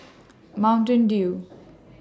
Mountain Dew